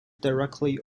directly